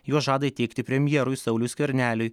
juos žada įteikti premjerui sauliui skverneliui